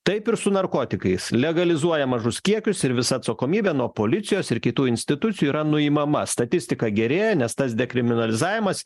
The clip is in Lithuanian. taip ir su narkotikais legalizuoja mažus kiekius ir visa atsakomybė nuo policijos ir kitų institucijų yra nuimama statistika gerėja nes tas dekriminalizavimas